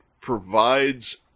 provides